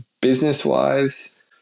business-wise